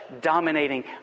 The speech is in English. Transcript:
dominating